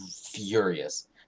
furious